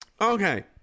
Okay